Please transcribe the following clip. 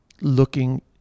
Looking